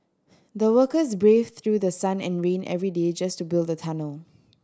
the workers braved through the sun and rain every day just to build the tunnel